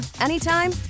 anytime